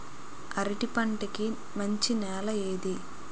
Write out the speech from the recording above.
అరటి పంట కి మంచి నెల ఏది?